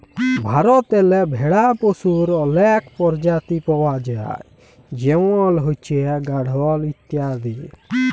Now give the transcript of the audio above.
ভারতেল্লে ভেড়া পশুর অলেক পরজাতি পাউয়া যায় যেমল হছে গাঢ়ল ইত্যাদি